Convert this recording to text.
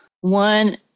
one